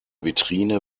vitrine